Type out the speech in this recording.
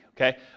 Okay